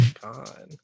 God